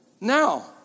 Now